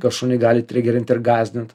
kas šunį gali gali trigerint ir gąsdint